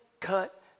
cut